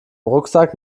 rucksack